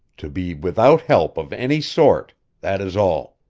to be without help of any sort that is all.